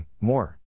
more